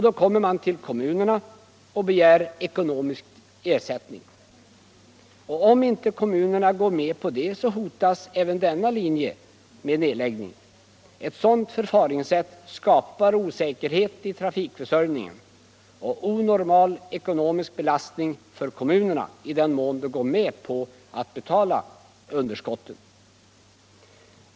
Då kommer man till kommunerna och begär ekonomisk ersättning. Om inte kommunerna går med på detta hotas även denna linje med nedläggning. Ett sådant förfaringssätt skapar osäkerhet i trafikförsörjningen och onormal ekonomisk belastning för kommunerna i den mån de går med på att betala underskottet.